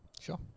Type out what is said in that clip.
Sure